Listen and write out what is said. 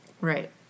Right